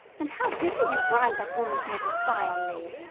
and how dare you bribe that woman here to spy on me?